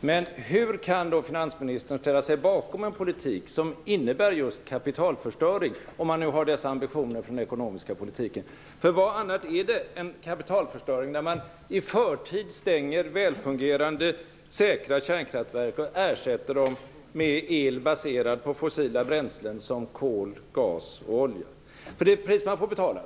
Men hur kan finansministern ställa sig bakom en politik som innebär just kapitalförstöring, om man nu har dessa ambitioner för den ekonomiska politiken? Vad annat är det än kapitalförstöring när man i förtid stänger välfungerande säkra kärnkraftverk och ersätter dem med el baserad på fossila bränslen som kol, gas och olja? Det är ett högt pris man får betala.